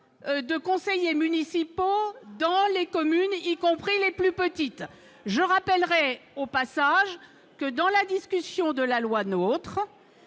de conseillers municipaux dans les communes, y compris les plus petites, je rappellerai au passage que dans la discussion de la loi notre,